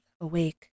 awake